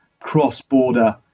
cross-border